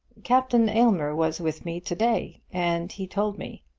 captain aylmer was with me to-day, and he told me.